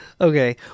Okay